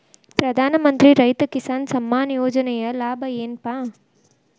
ಪ್ರಧಾನಮಂತ್ರಿ ರೈತ ಕಿಸಾನ್ ಸಮ್ಮಾನ ಯೋಜನೆಯ ಲಾಭ ಏನಪಾ?